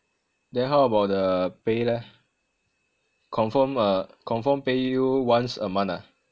then how about the pay leh confirm uh confirm pay you once a month ah